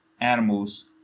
animals